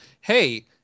hey